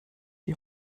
die